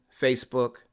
Facebook